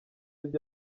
ibyo